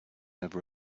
over